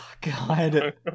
God